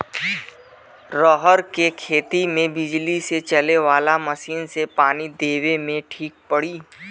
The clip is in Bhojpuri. रहर के खेती मे बिजली से चले वाला मसीन से पानी देवे मे ठीक पड़ी?